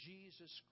Jesus